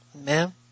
Amen